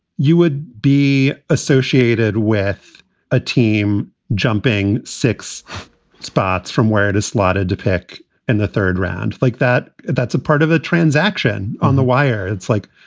you would be associated with a team jumping six spots from where it is slotted to pick in the third round like that. that's a part of the transaction on the wire. it's like,